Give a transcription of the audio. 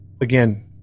Again